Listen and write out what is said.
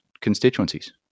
constituencies